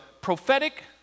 prophetic